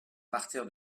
partir